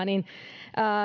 niin